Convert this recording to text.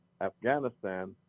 Afghanistan